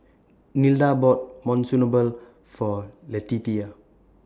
Nilda bought Monsunabe For Letitia